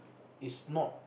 is not